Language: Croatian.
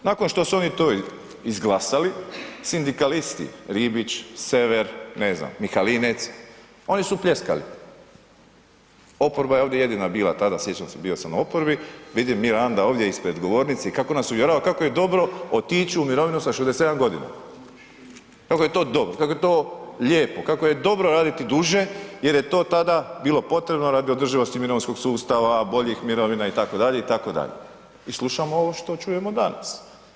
Nakon što su oni to izglasali, sindikalisti Ribić, Sever, ne znam, Mihalinec, oni su pljeskali, oporba je ovdje jedina bila tada, sjećam se, bio sam u oporbi, vidim Miranda ovdje ispred govornice i kako nas uvjerava kako je dobro otić u mirovinu sa 67 g., kako je to dobro, kako je to lijepo, kako je dobro raditi duže jer je to tada bilo potrebno radi održivosti mirovinskog sustava, boljih mirovina itd., itd. i slušamo ovo što čujemo danas.